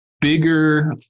bigger